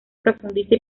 profundiza